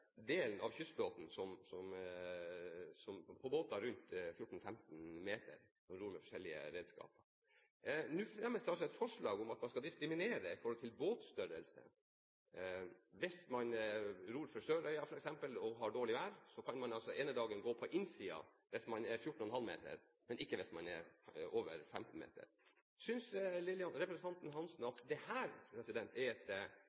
delen av kystflåten på båter rundt 14–15 meter som ror med forskjellige redskaper. Nå fremmes det altså et forslag om at man skal diskriminere på bakgrunn av båtstørrelse. Hvis man fisker ved Sørøya, f.eks., og har dårlig vær, kan man altså gå på innsiden hvis båten er 14,5 meter, men ikke hvis den er over 15 meter. Synes representanten Lillian Hansen at dette er et